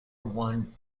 one